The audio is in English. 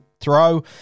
Throw